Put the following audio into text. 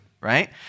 right